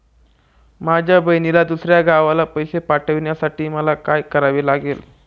माझ्या बहिणीला दुसऱ्या गावाला पैसे पाठवण्यासाठी मला काय करावे लागेल?